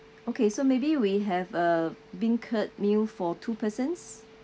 okay so maybe we have a beancurd meal for two persons